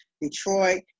Detroit